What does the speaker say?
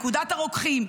פקודת הרוקחים,